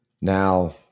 Now